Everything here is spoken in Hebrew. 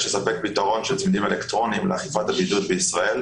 לספק פתרון של צמידים אלקטרוניים לאכיפת הבידוד בישראל,